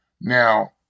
now